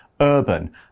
urban